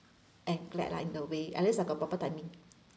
and glad lah in the way at least I got proper timing